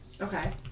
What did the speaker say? Okay